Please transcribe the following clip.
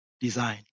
design